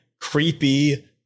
creepy